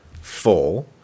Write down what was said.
four